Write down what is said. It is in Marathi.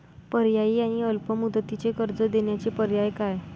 पर्यायी आणि अल्प मुदतीचे कर्ज देण्याचे पर्याय काय?